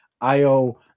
Io